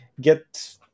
get